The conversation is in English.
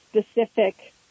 specific